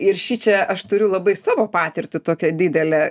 ir šičia aš turiu labai savo patirtį tokią didelę